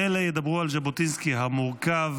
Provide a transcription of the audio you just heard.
ואלה ידברו על ז'בוטינסקי המורכב.